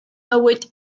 mywyd